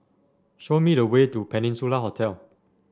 show me the way to Peninsula Hotel